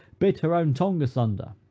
bit her own tongue asunder,